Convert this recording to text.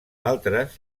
altres